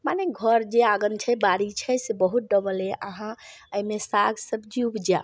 माने जे घर जे आङ्गन छै बाड़ी छै से बहुत डबल अइ अहाँ एहिमे साग सब्जी उपजाउ